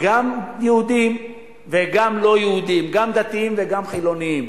גם יהודים וגם לא-יהודים, גם דתיים וגם חילונים.